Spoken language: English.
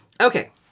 Okay